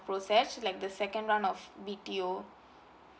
process like the second round of B_T_O